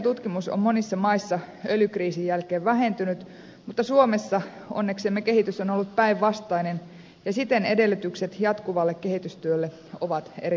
energiatutkimus on monissa maissa öljykriisin jälkeen vähentynyt mutta suomessa kehitys on onneksemme ollut päinvastainen ja siten edellytykset jatkuvalle kehitystyölle ovat erinomaiset